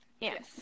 Yes